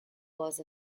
was